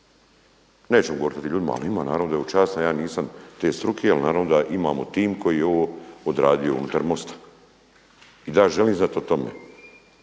Nećemo govoriti o tim ljudima, ali ima naravno da … ja nisam te struke ali naravno imamo tim koji je ovo odradio unutar MOST-a i da ja želim znati o tome.